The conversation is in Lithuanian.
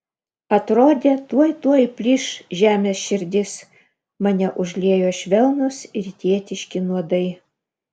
atrodė tuoj tuoj plyš žemės širdis mane užliejo švelnūs rytietiški nuodai